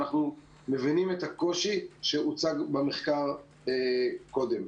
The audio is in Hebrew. אנחנו מבינים את הקושי שהוצג במחקר קודם.